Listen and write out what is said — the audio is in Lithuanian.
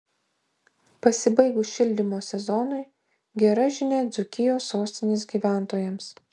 pasibaigus šildymo sezonui gera žinia dzūkijos sostinės gyventojams